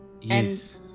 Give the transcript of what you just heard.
Yes